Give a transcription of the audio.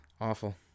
Awful